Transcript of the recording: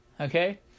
okay